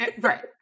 right